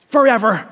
forever